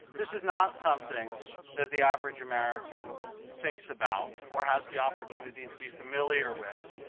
this is not something that the average american thinks about or has the opportunity to be familiar with,